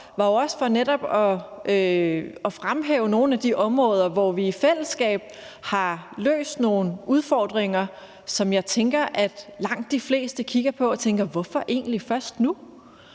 var jo også for netop at fremhæve nogle af de områder, hvor vi i fællesskab har løst nogle udfordringer, hvor jeg tænker at langt de fleste tænker: Hvorfor egentlig først nu?